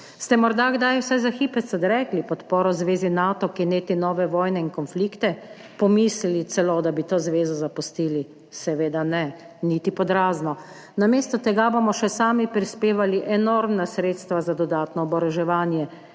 Ste morda kdaj vsaj za hipec odrekli podporo zvezi Nato, ki neti nove vojne in konflikte? Pomislili celo, da bi to zvezo zapustili? Seveda ne, niti pod razno. Namesto tega bomo še sami prispevali enormna sredstva za dodatno oboroževanje,